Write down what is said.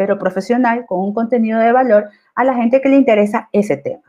pero profesional, con un contenido de valor a la gente que le interesa ese tema.